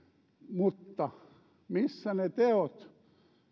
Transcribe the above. mutta missä ne teot